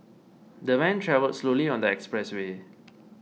the van travelled slowly on the expressway